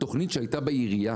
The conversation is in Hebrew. התוכנית שהייתה בעירייה,